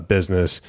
Business